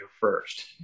first